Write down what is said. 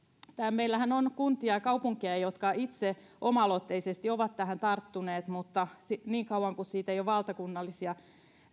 meillähän on kuntia ja kaupunkeja jotka itse oma aloitteisesti ovat tähän tarttuneet mutta niin kauan kuin siitä ei ole valtakunnallisia